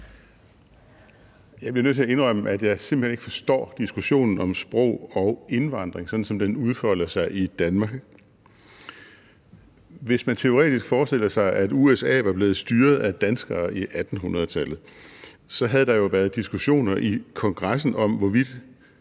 Jeg bliver nødt til at indrømme, at jeg simpelt hen ikke forstår diskussionen om sprog og indvandring, sådan som den udfolder sig i Danmark. Hvis man teoretisk forestiller sig, at USA var blevet styret af danskere i 1800-tallet, havde der jo været diskussioner i Kongressen om, hvorvidt